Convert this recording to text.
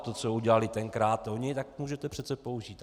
To, co udělali tenkrát oni, tak můžete přece použít také.